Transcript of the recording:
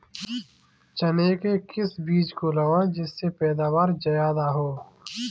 चने के किस बीज को लगाएँ जिससे पैदावार ज्यादा हो?